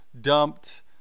dumped